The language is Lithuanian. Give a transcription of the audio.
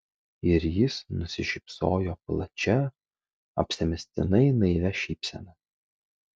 ir jis nusišypsojo plačia apsimestinai naivia šypsena